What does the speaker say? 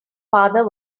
father